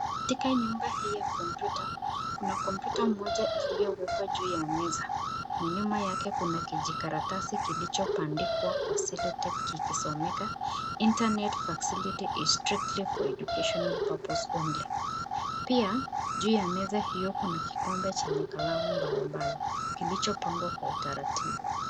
Katika nyumba hii ya kompyuta, kuna kompyuta moja iliyowekwa juu ya meza na nyuma yake kuna kijikaratasi kilijobandikwa kwa cello tape kikisomeka internet facility is strictly for educational purpose only . Pia juu ya meza hio kuna kikombe chenye kalamu mbalimbali kilichopangwa kwa utaratibu.